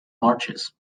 marches